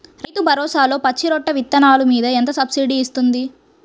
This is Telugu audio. రైతు భరోసాలో పచ్చి రొట్టె విత్తనాలు మీద ఎంత సబ్సిడీ ఇస్తుంది?